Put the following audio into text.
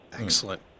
Excellent